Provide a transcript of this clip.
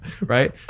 Right